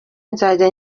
nzajya